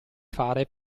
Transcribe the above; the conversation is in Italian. fare